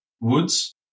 woods